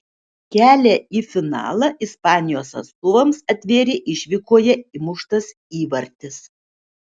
kelią į finalą ispanijos atstovams atvėrė išvykoje įmuštas įvartis